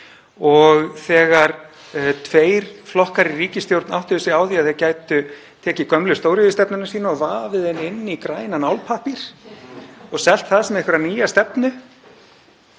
Þegar tveir flokkar í ríkisstjórn áttuðu sig svo á því að þeir gætu tekið gömlu stóriðjustefnuna sína og vafið hana inn í grænan álpappír og selt hana sem einhverja nýja stefnu,